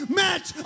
match